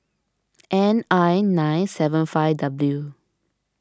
N I nine seven five W